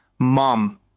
Mom